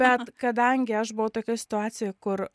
bet kadangi aš buvau tokioj situacijoj kur